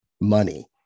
money